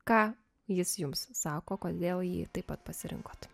ką jis jums sako kodėl jį taip pat pasirinkote